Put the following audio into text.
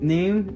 Name